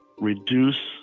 reduce